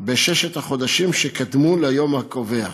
בששת החודשים שקדמו ליום הקובע,